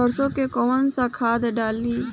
सरसो में कवन सा खाद डाली?